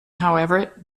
however